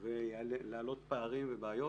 ולהעלות פערים ובעיות,